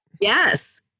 Yes